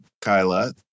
Kyla